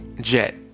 Jet